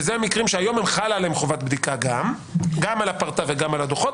אלה מקרים שהיום חלה עליהם חובת בדיקה גם של הפרטה וגם של הדוחות,